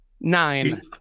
Nine